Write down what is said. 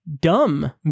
Dumb